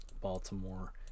Baltimore